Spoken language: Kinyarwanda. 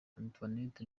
antoinette